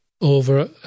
over